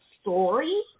story